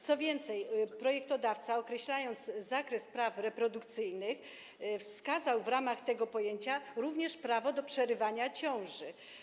Co więcej, projektodawca określając zakres praw reprodukcyjnych, wskazał w ramach tego pojęcia również prawo do przerywania ciąży.